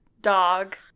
Dog